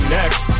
next